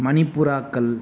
மணிப்புறாக்கள்